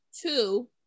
Two